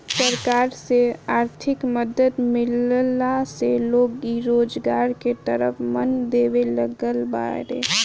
सरकार से आर्थिक मदद मिलला से लोग इ रोजगार के तरफ मन देबे लागल बाड़ें